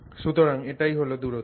সুতরাং এটাই হল দূরত্ব